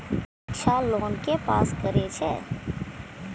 शिक्षा लोन के पास करें छै?